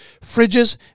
fridges